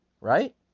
right